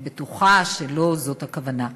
אני בטוחה שלא זאת הכוונה.